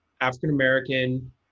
African-American